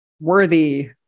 worthy